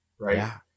right